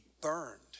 burned